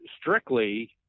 strictly